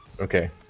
Okay